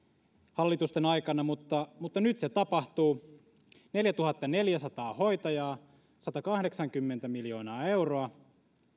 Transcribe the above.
hallitusten aikana mutta mutta nyt se tapahtuu neljätuhattaneljäsataa hoitajaa satakahdeksankymmentä miljoonaa euroa